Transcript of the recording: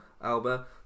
Alba